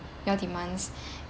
your demands